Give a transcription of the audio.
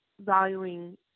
valuing